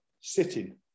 sitting